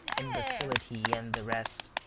imbecility, and the rest.